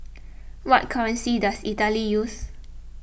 what currency does Italy use